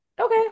Okay